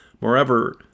Moreover